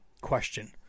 question